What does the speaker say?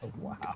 Wow